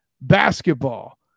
basketball